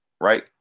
Right